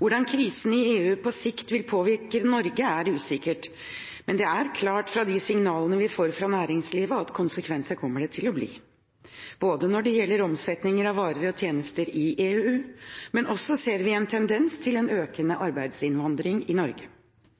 Hvordan krisen i EU på sikt vil påvirke Norge, er usikkert, men det er klart, ut fra de signalene vi får fra næringslivet, at konsekvenser kommer det til å få – ikke bare når det gjelder omsetning av varer og tjenester i EU, men vi ser også en tendens til en økende arbeidsinnvandring til Norge.